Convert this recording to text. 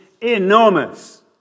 enormous